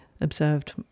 Observed